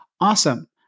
Awesome